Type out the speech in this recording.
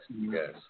yes